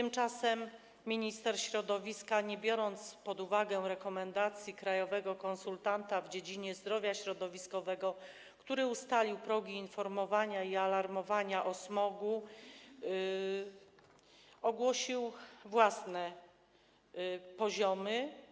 Minister środowiska nie wziął pod uwagę rekomendacji krajowego konsultanta w dziedzinie zdrowia środowiskowego, który ustalił progi informowania i alarmowania o smogu, i ogłosił własne progi.